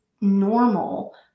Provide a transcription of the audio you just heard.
normal